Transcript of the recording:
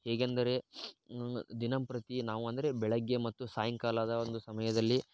ಹೇಗೆಂದರೆ ದಿನಂಪ್ರತಿ ನಾವು ಅಂದರೆ ಬೆಳಗ್ಗೆ ಮತ್ತು ಸಾಯಂಕಾಲದ ಒಂದು ಸಮಯದಲ್ಲಿ